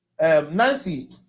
Nancy